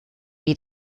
wie